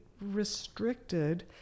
restricted